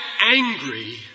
angry